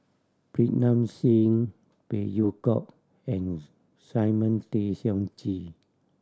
Pritam Singh Phey Yew Kok and Simon Tay Seong Chee